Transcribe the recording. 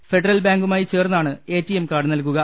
federal ബാങ്കുമായി ചേർന്നാണ് ATM card നൽകുക